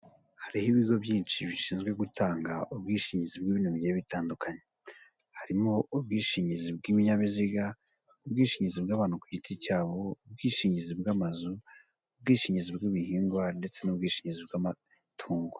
Hariho ibigo byinshi bishinzwe gutanga ubwishingizi bw'ibintu bigiye bitandukanye harimo ubwishingizi bw'ibinyabiziga, ubwishingizi bw'abantu ku giti cyabo, ubwishingizi bw'amazu, ubwishingizi bw'ibihingwa ndetse n'ubwishingizi bw'amatungo.